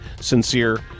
sincere